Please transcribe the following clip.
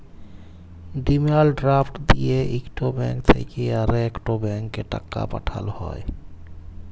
demand draft দিঁয়ে ইকট bank থ্যাইকে আরেকট ব্যাংকে টাকা পাঠাল হ্যয়